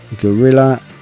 Gorilla